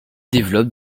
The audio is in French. développe